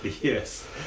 Yes